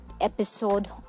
episode